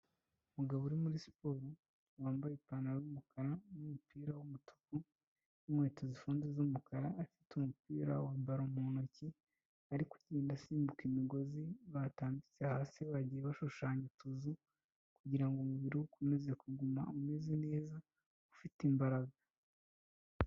Umugabo uri muri siporo, wambaye ipantaro y'umukara n'umupira w'umutuku n'inkweto zifunze z'umukara, afite umupira wa baro mu ntoki, ari kugenda asimbuka imigozi batambitse hasi, bagiye bashushanya utuzu kugira ngo umubiri we ukomeze kuguma umeze neza, ufite imbaraga.